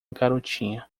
garotinha